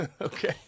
okay